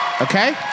Okay